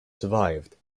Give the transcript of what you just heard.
survived